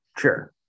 sure